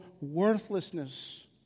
worthlessness